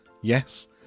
Yes